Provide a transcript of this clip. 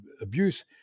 abuse